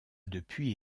depuis